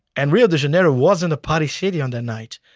and rio de janeiro wasn't a party city on that night,